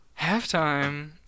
Halftime